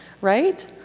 right